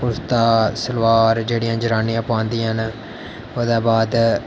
कुर्ता सलवार जेह्डियां जनानियां पांदियां न ओह्दे बाद